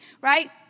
Right